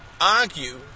argue